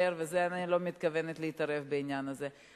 ואני לא מתכוונת להתערב בעניין הזה.